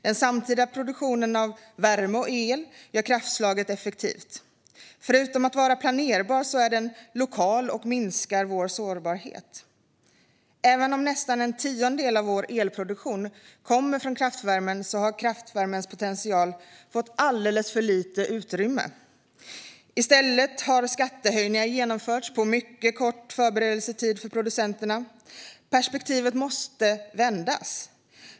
Den samtida produktionen av värme och el gör kraftslaget effektivt. Förutom att vara planerbar är den lokal och minskar vår sårbarhet. Även om nästan en tiondel av vår elproduktion kommer från kraftvärmen har kraftvärmens potential fått alldeles för lite utrymme. I stället har skattehöjningar genomförts med mycket kort förberedelsetid för producenterna. Perspektivet måste vändas.